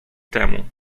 temu